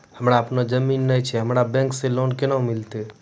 हमरा आपनौ जमीन नैय छै हमरा बैंक से लोन केना मिलतै?